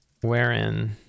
wherein